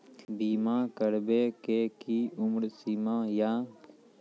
बीमा करबे के कि उम्र सीमा या?